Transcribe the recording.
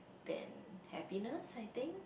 than happiness I think